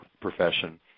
profession